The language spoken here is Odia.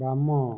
ବାମ